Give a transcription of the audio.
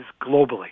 globally